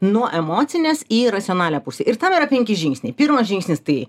nuo emocinės į racionalią pusę ir tam yra penki žingsniai pirmas žingsnis tai